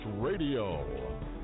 Radio